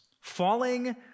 Falling